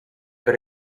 per